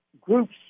groups